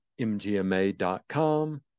mgma.com